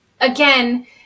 again